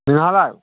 नोंहालाय